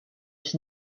was